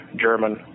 german